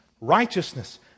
righteousness